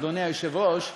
אדוני היושב-ראש,